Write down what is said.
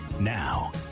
Now